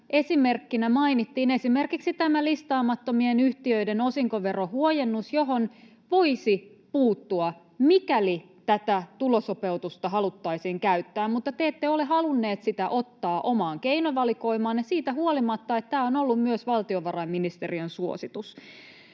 esimerkkinä mainittiin listaamattomien yhtiöiden osinkoverohuojennus, johon voisi puuttua, mikäli tätä tulosopeutusta haluttaisiin käyttää. Mutta te ette ole halunneet sitä ottaa omaan keinovalikoimaanne siitä huolimatta, että tämä on ollut myös valtiovarainministeriön suositus.